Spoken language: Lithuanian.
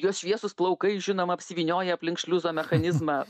jos šviesūs plaukai žinoma apsivynioja aplink šliuzo mechanizmą